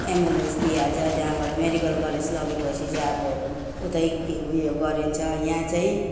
ambulance दिइहाल्छ त्यहाँबाट medical college लगेपछि चाहिँ अब उतै के उयो गरिन्छ यहाँ चाहिँ